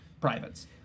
privates